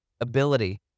ability